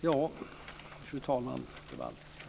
Ja, fru talman, det här var allt.